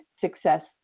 success